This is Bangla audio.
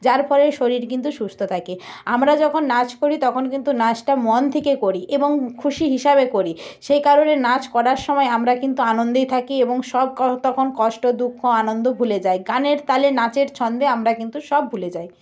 যার ফলে শরীর কিন্তু সুস্থ থাকে আমরা যখন নাচ করি তখন কিন্তু নাচটা মন থেকে করি এবং খুশি হিসাবে করি সেই কারণে নাচ করার সময় আমরা কিন্তু আনন্দেই থাকি এবং সব তখন কষ্ট দুঃখ আনন্দ ভুলে যাই গানের তালে নাচের ছন্দে আমরা কিন্তু সব ভুলে যাই